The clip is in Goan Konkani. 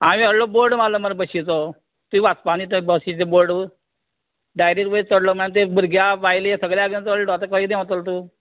आमी व्हडलो बोर्ड मारला मरे बसीचो तुयें वाचपा न्ही तर बसीचो बोर्डू डायरेक्ट वयर चडलो ना भुरगे आह बायलेक सगल्याक घेवन चडलो आतां खंयी देवतलो तूं